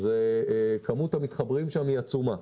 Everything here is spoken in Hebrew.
כמות המתחברים שם היא עצומה.